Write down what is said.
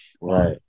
Right